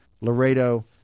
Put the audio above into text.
Laredo